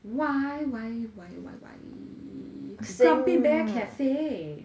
why why why why why grumpy bear cafe